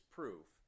proof